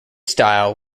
style